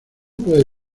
puede